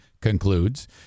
concludes